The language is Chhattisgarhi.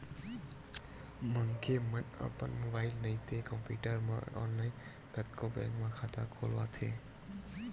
मनखे मन अपन मोबाईल नइते कम्प्यूटर म ऑनलाईन कतको बेंक म खाता खोलवाथे